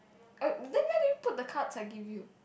oh then where did you put the cards I give you